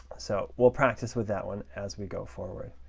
so we'll practice with that one as we go forward.